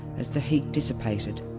as the heat dissipated,